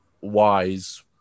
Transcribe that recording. wise